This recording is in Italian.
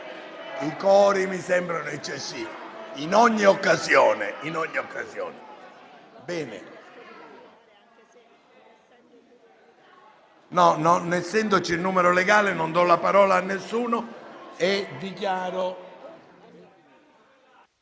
i cori mi sembrano eccessivi in ogni occasione.